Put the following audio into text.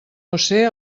josé